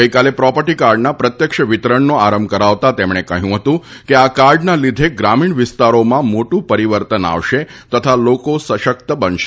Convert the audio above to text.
ગઇકાલે પ્રોપર્ટી કાર્ડના પ્રત્યક્ષ વિતરણનો આરંભ કરાવતા તેમણે કહયું હતું કે આ કાર્ડના લીધે ગ્રામીણ વિસ્તારોમાં મોટુ પરીવર્તન આવશે તથા લોકો સશકત બનશે